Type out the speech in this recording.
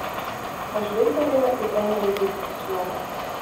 ho žvilgtelėjo ir ėmė raitytis iš juoko